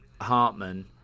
Hartman